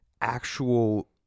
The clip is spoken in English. actual